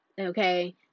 Okay